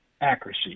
accuracy